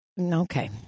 okay